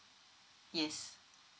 yes